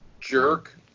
jerk